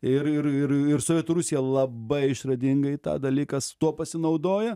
ir ir ir ir sovietų rusija labai išradingai tą dalykas tuo pasinaudoja